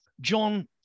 John